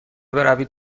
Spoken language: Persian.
بروید